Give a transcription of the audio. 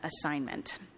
assignment